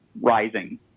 rising